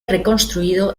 reconstruido